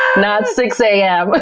not six a m. but